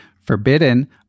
forbidden